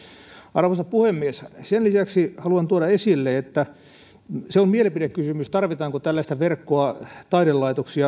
arvoisa puhemies sen lisäksi haluan tuoda esille että on mielipidekysymys tarvitaanko tällaista taidelaitosten